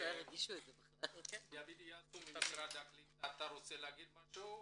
דוד יאסו אתה רוצה להגיד משהו?